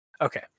Okay